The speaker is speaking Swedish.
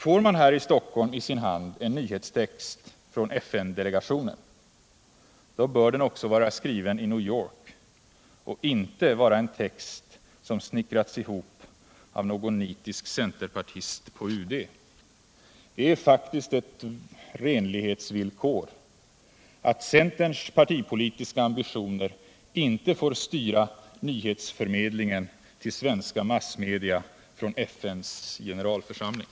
Får man häri Sverige i sin hand en nyhetstext från FN-delegationen, då bör den också vara skriven i New York och inte vara en text som snickrats ihop av någon nitisk centerpartist på UD. Det är faktiskt ett renlighetsvillkor att centerns partipolitiska ambitioner inte får styra nyhetsförmedlingen från FN:s generalförsamling till svenska massmedia.